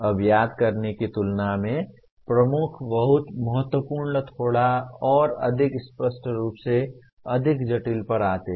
अब याद करने की तुलना में प्रमुख दूसरा बहुत महत्वपूर्ण थोड़ा और अधिक स्पष्ट रूप से अधिक जटिल पर आते हैं